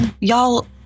y'all